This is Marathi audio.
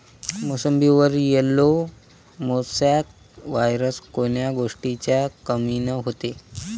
मोसंबीवर येलो मोसॅक वायरस कोन्या गोष्टीच्या कमीनं होते?